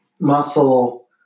Muscle